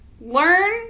Learn